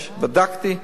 בדקתי,